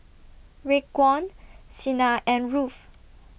Raekwon Sina and Ruthe